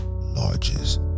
largest